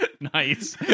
nice